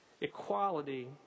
equality